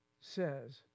says